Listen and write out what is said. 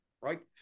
right